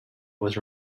was